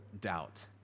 doubt